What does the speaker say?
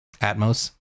Atmos